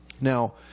Now –